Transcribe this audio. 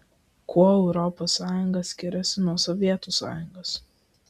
kuo europos sąjunga skiriasi nuo sovietų sąjungos